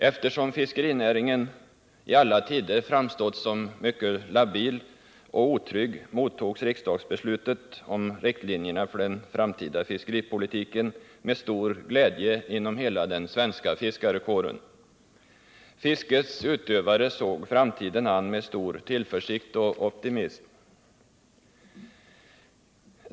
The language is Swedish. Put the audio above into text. Eftersom fiskerinä ringen i alla tider framstått som mycket labil och otrygg mottogs riksdagsbeslutet om riktlinjerna för den framtida fiskeripolitiken med stor glädje inom hela den svenska yrkesfiskarekåren. Fiskets utövare såg framtiden an med stor tillförsikt och optimism.